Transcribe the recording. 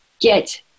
get